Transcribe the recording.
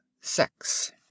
sex